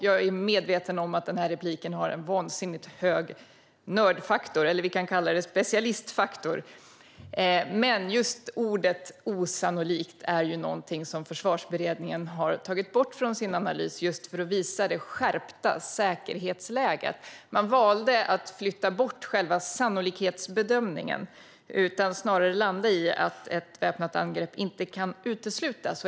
Jag är medveten om att denna replik har en vansinnigt hög nördfaktor, eller också kan vi kalla det specialistfaktor. Men just ordet osannolikt är något som Försvarsberedningen har tagit bort från sin analys just för att visa det skärpta säkerhetsläget. Man valde att flytta bort själva sannolikhetsbedömningen och landade snarare i att ett väpnat angrepp inte kan uteslutas.